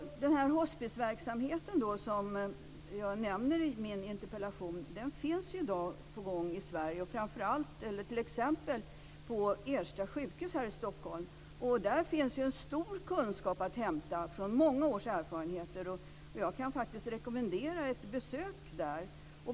Den hospisverksamhet som jag nämner i min interpellation är i dag på gång i Sverige, t.ex. på Ersta sjukhus här i Stockholm. Där finns en stor kunskap att hämta från många års erfarenheter. Jag kan rekommendera ett besök där.